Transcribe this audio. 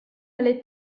alle